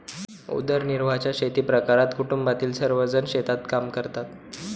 उदरनिर्वाहाच्या शेतीप्रकारात कुटुंबातील सर्वजण शेतात काम करतात